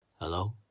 Hello